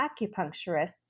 acupuncturist